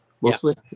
mostly